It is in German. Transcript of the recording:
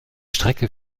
strecke